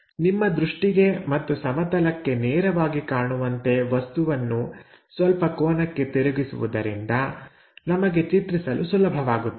ನಿಮ್ಮ ದೃಷ್ಟಿಗೆ ಮತ್ತು ಸಮತಲಕ್ಕೆ ನೇರವಾಗಿ ಕಾಣುವಂತೆ ವಸ್ತುವನ್ನು ಸ್ವಲ್ಪ ಕೋನಕ್ಕೆ ತಿರುಗಿಸುವುದರಿಂದ ನಮಗೆ ಚಿತ್ರಿಸಲು ಸುಲಭವಾಗುತ್ತದೆ